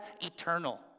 eternal